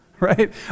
Right